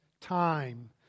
time